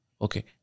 Okay